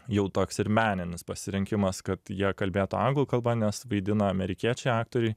jau toks ir meninis pasirinkimas kad jie kalbėtų anglų kalba nes vaidina amerikiečiai aktoriai